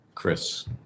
Chris